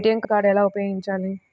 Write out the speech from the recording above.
ATM card ఎలా ఉపయోగించాలి?